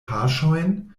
paŝojn